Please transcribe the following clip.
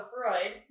Freud